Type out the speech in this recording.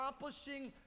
accomplishing